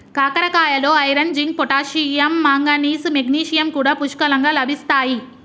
కాకరకాయలో iron, zinc, potassium, manganese, magnesium కూడా పుష్కలంగా లభిస్తాయి